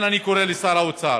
לכן אני קורא לשר האוצר: